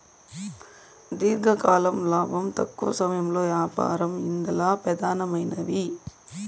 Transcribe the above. దీర్ఘకాలం లాబం, తక్కవ సమయంలో యాపారం ఇందల పెదానమైనవి